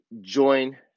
join